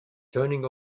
turning